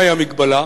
מהי המגבלה?